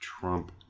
Trump